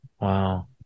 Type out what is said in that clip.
Wow